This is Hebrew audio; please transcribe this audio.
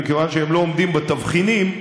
וכיוון שהם עומדים בתבחינים,